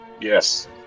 Yes